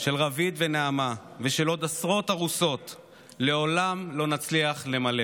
של רביד ונעמה ושל עוד עשרות ארוסות לעולם לא נצליח למלא,